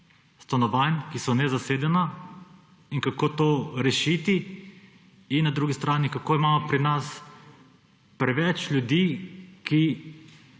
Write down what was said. stanovanj, ki so nezasedena, in kako to rešiti. In na drugi strani, kako imamo pri nas preveč ljudi,